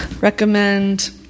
recommend